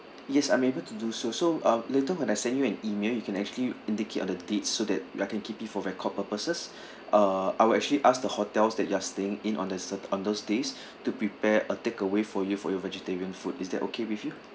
yes I'm able to do so so uh later when I send you an email you can actually indicate on the date so that I can keep it for record purposes uh I will actually ask the hotels that you are staying in on the cer~ on those days to prepare a takeaway for you for your vegetarian food is that okay with you